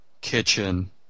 kitchen